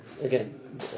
again